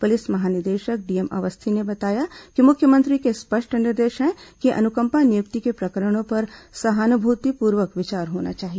police महानिदेशक DM Awasthi ने बताया कि मुख्यमंत्री के स्पष्ट निर्देश हैं कि अनुकंपा नियुक्ति के प्रकरणों पर सहानुभूतिपूर्वक विचार होना चाहिए